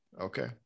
okay